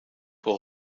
will